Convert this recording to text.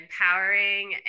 empowering